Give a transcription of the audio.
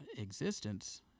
existence